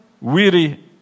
weary